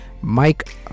Mike